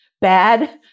bad